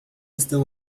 estão